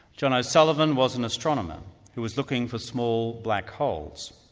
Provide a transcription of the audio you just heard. john o'sullivan was an astronomer who was looking for small black holes.